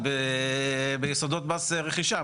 זה ביסודות מס רכישה,